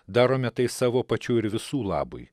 darome tai savo pačių ir visų labui